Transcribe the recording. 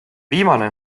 viimane